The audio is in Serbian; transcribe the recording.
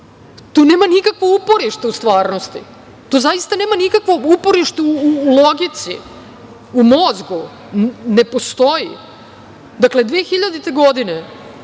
To nema nikakvo uporište u stvarnosti, to zaista nema nikakvo uporište u logici, u mozgu, ne postoji. Dakle, 2000. godine